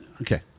okay